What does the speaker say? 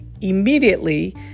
immediately